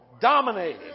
dominated